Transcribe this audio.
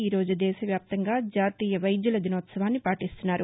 ఈ రోజు దేశ వ్యాప్తంగా జాతీయ వైద్యుల దినోత్సవాన్ని పాటిస్తున్నారు